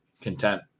content